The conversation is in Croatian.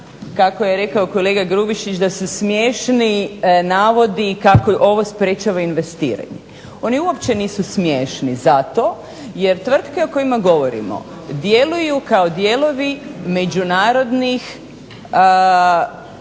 kako je rekao kolega Grubišić da su smiješni navodi kako ovo sprječava investiranje. Oni uopće nisu smiješni zato jer tvrtke o kojima govorimo djeluju kao dijelovi međunarodnih